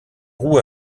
roues